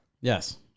Yes